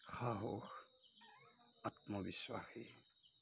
সাহস আত্মবিশ্বাসী